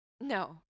No